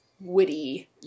witty